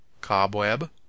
Cobweb